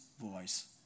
voice